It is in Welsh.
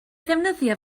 ddefnyddio